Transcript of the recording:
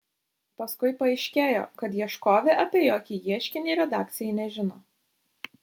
paskui paaiškėjo kad ieškovė apie jokį ieškinį redakcijai nežino